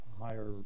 higher